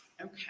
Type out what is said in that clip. Okay